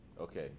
Okay